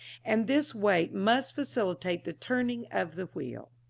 and this weight must facilitate the turning of the wheel.